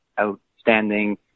outstanding